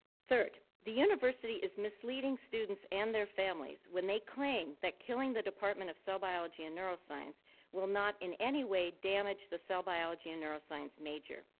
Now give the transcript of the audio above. third, the university is misleading students and their families when they claimed that killing the department of cell biology and neuroscience will not in any way damage the cell biology and neuroscience major.